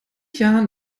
jahren